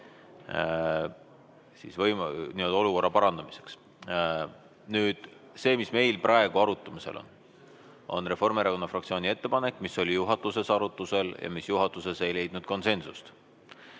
ühe või teise olukorra parandamiseks. Nüüd, see, mis meil praegu arutamisel on, on Reformierakonna fraktsiooni ettepanek, mis oli juhatuses arutusel ja mis juhatuses ei leidnud konsensust.